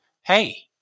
Hey